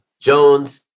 Jones